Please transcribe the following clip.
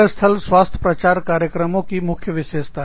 कार्यस्थल स्वास्थ्य प्रचार कार्यक्रमों की मुख्य विशेषता